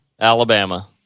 Alabama